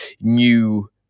new